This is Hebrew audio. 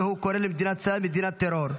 והוא קורא למדינת ישראל מדינת טרור.